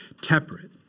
Temperate